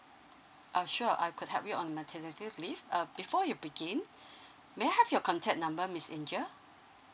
uh sure I could help you on maternity leave uh before you begin may I have your contact number miss angel